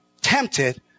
tempted